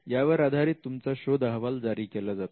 यावर आधारित तुमचा शोध अहवाल जारी केला जातो